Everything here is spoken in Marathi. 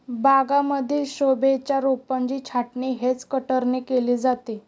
बागांमधील शोभेच्या रोपांची छाटणी हेज कटरने केली जाते